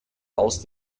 aus